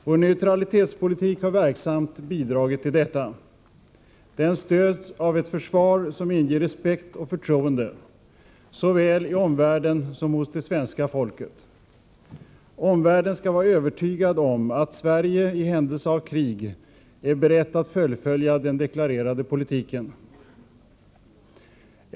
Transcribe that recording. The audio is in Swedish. Vår neutralitetspolitik har verksamt bidragit till detta. Den stöds av ett försvar som inger respekt och förtroende såväl i omvärlden som hos det svenska folket. Omvärlden skall vara övertygad om att Sverige i händelse av krig är berett att fullfölja den deklarerade politiken.